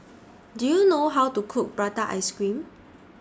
Do YOU know How to Cook Prata Ice Cream